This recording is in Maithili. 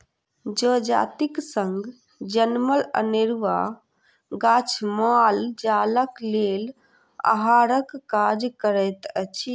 जजातिक संग जनमल अनेरूआ गाछ माल जालक लेल आहारक काज करैत अछि